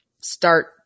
start